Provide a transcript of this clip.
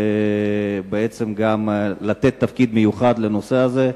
וגם לתת תפקיד מיוחד לנושא הזה,